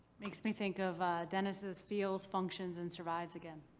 makes me think of dennis' feels, functions, and survives, again.